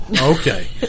okay